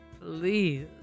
please